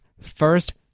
first